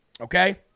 Okay